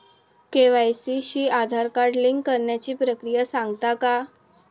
KYC शी Aadhaar card link करण्याची प्रक्रिया सांगता का?